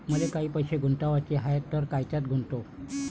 मले काही पैसे गुंतवाचे हाय तर कायच्यात गुंतवू?